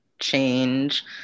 change